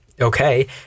okay